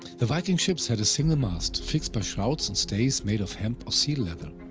the viking ships had a single mast, fixed by shrouds and stays made of hemp or seal leather.